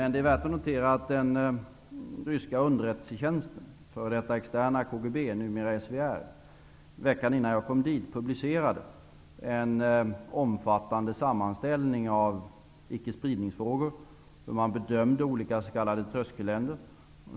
Det är värt att notera att den ryska underrättelsetjänsten, f.d. externa KGB, numera SVR, veckan innan jag kom dit publicerade en omfattande sammanställning av ickespridningsfrågor, där man bedömde olika s.k. tröskelländer.